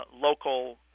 local